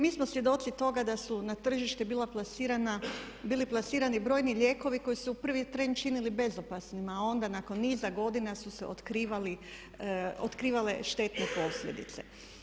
Mi smo svjedoci toga da su na tržište bili plasirani brojni lijekovi koji su se u prvi tren činili bezopasnima a onda nakon niza godina su se otkrivale štetne posljedice.